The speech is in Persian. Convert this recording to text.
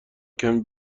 کمی